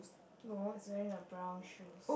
no it's wearing a brown shoes